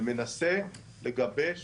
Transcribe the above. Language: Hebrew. ומנסה לגבש